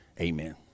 Amen